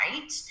right